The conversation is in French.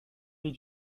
les